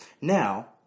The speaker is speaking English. Now